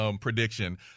prediction